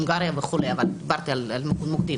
הונגריה וכו', אבל דיברתי על מוקדים.